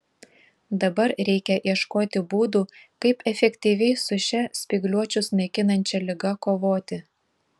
dabar reikia ieškoti būdų kaip efektyviai su šia spygliuočius naikinančia liga kovoti